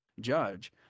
judge